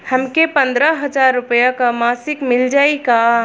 हमके पन्द्रह हजार रूपया क मासिक मिल जाई का?